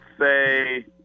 say